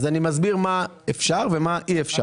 אז אני מסביר מה אפשר ומה אי אפשר.